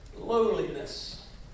lowliness